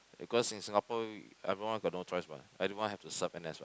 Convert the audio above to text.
because in Singapore everyone got no choice mah everyone have to serve N_S what